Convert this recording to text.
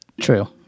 True